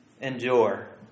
endure